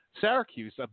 Syracuse